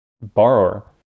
borrower